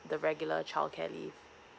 the regular childcare leave